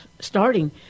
starting